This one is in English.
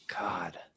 God